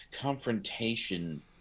confrontation